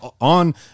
on